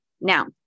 Now